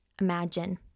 imagine